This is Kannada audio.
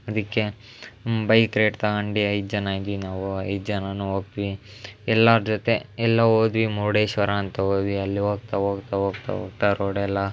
ಅದಕ್ಕೆ ಬೈಕ್ ರೈಡ್ ತಗಂಡು ಐದು ಜನ ಆಗಿ ನಾವು ಐದು ಜನಾನು ಒಪ್ಪಿ ಎಲ್ಲರ ಜೊತೆ ಎಲ್ಲೋ ಹೋದ್ವಿ ಮುರುಡೇಶ್ವರ ಅಂತ ಹೋದ್ವಿ ಅಲ್ಲಿ ಹೋಗ್ತಾ ಹೋಗ್ತಾ ಹೋಗ್ತಾ ಹೋಗ್ತಾ ರೋಡೆಲ್ಲ